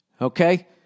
Okay